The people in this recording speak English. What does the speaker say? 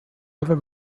ever